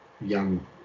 young